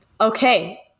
Okay